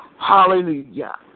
Hallelujah